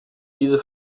diese